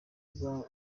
kwa